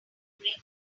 breed